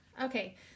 okay